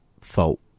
fault